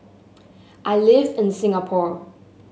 I live in Singapore